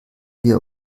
wir